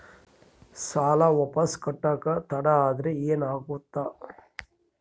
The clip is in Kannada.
ಸಾಲ ವಾಪಸ್ ಕಟ್ಟಕ ತಡ ಆದ್ರ ಏನಾಗುತ್ತ?